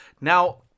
Now-